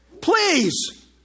Please